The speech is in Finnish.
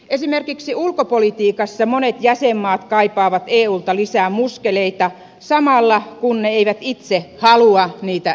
esimerkiksi ulkopolitiikassa monet jäsenmaat kaipaavat eulta lisää muskeleita samalla kun ne eivät itse halua niitä eulle antaa